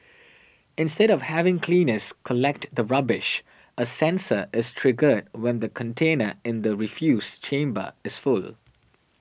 instead of having cleaners collect the rubbish a sensor is triggered when the container in the refuse chamber is full